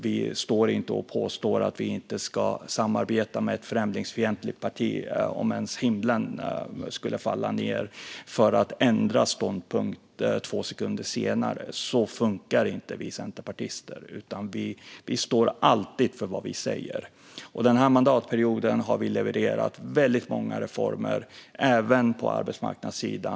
Vi står inte och påstår att vi inte skulle samarbeta med ett främlingsfientligt parti ens om himlen skulle falla ned för att sedan ändra ståndpunkt två sekunder senare. Så funkar inte vi centerpartister, utan vi står alltid för vad vi säger. Den här mandatperioden har vi levererat väldigt många reformer även på arbetsmarknadens sida.